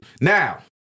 now